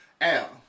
Al